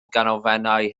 ganolfannau